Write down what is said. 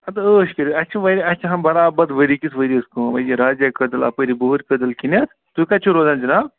اَدٕ عٲش کٔرِتھ اَسہِ چھِ واریاہ اَسہِ چھِ ہَم برابَد ؤری کِس ؤرِیَس کٲم أتی رازے کٔدٕل اَپٲری بُہِ ر کٔدٕل کِنٮ۪تھ تُہۍ کَتہِ چھُو روزان جِناب